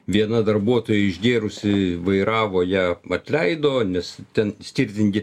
viena darbuotoja išgėrusi vairavo ją atleido nes ten skirtingi